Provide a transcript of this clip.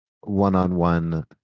one-on-one